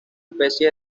especie